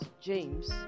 James